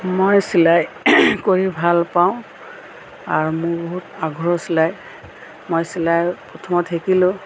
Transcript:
মই চিলাই কৰি ভাল পাওঁ আৰু মোৰ বহুত আগ্ৰহ চিলাই মই চিলাই প্ৰথমত শিকিলো